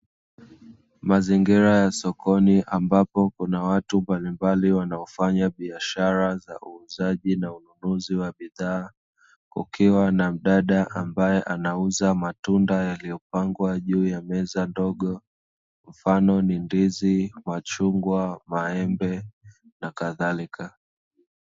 Mazingira ya sokoni ambapo kuna watu mbalimbali wanaofanya biashara za uuzaji na ununuzi wa bidhaa, kukiwa na mdada ambaye anauza matunda yaliyopangwa juu ya meza ndogo mfano ni ndizi, machungwa, maembe, nakadhalika.